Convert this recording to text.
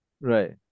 Right